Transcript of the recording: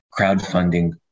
crowdfunding